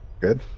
Good